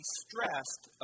stressed